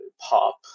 pop